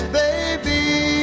baby